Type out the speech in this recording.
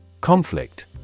Conflict